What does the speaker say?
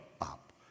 up